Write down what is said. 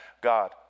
God